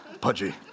Pudgy